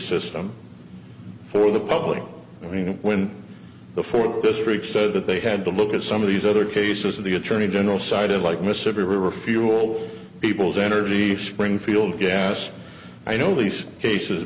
system for the public i mean when before this freak said that they had to look at some of these other cases of the attorney general cited like mississippi river fuel people's energy springfield gas i know these cases